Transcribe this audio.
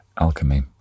Alchemy